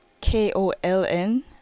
k-o-l-n